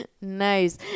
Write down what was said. Nice